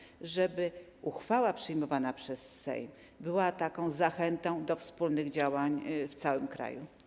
Chodzi o to, żeby uchwała przyjmowana przez Sejm była taką zachętą do wspólnych działań w całym kraju.